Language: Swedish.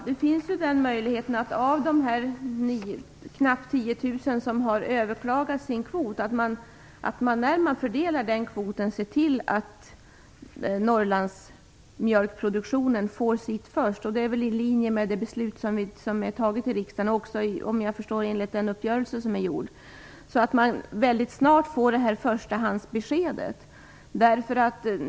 Fru talman! Det finns möjligheten att när man fördelar kvoten till de knappt 10 000 som har överklagat sin kvot ser till att mjölkproduktionen i Norrland får sitt först. Det är i linje med det beslut som är fattat i riksdagen och också såvitt jag förstår enligt den uppgörelse som har träffats. Man bör väldigt snart få ett förstahandsbesked.